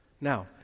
Now